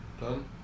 done